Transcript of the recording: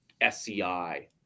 SCI